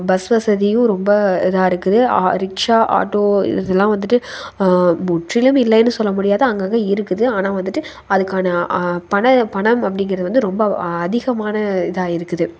bus வசதியும் ரொம்ப இதாக இருக்குது ரிச்ஷா ஆட்டோ இதெல்லாம் வந்துட்டு முற்றிலும் இல்லைனு சொல்ல முடியாது அங்கே அங்கே இருக்குது ஆனால் வந்துட்டு அதுக்கான பண பணம் அப்படிங்கறது வந்து ரொம்ப அதிகமான இதாக இருக்குது